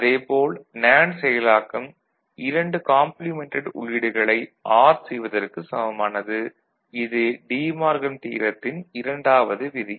அதே போல் நேண்டு செயலாக்கம் இரண்டு காம்ப்ளிமெண்டட் உள்ளீடுகளை ஆர் செய்வதற்கு சமமானது இது டீ மார்கன் தியரத்தின் De Morgan's Theorem இரண்டாவது விதி